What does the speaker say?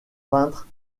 peintre